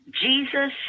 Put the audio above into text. Jesus